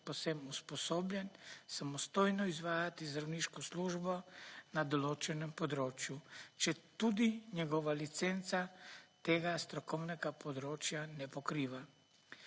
povsem usposobljen samostojno izvajati zdravniško službo na določenem področju, četudi njegova licenca tega strokovnega področja ne pokriva.